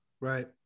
Right